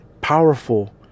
powerful